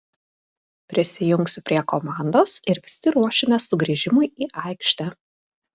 prisijungsiu prie komandos ir visi ruošimės sugrįžimui į aikštę